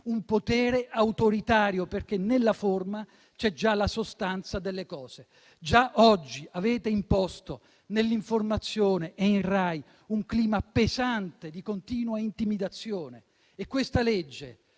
un potere autoritario, perché nella forma c'è già la sostanza delle cose. Già oggi avete imposto nell'informazione e in Rai un clima pesante di continua intimidazione. Questa legge